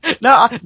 No